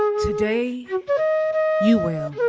today you will.